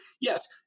Yes